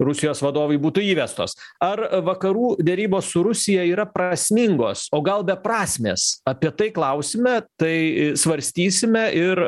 rusijos vadovui būtų įvestos ar vakarų derybos su rusija yra prasmingos o gal beprasmės apie tai klausime tai svarstysime ir